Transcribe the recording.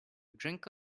drink